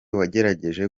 wagerageje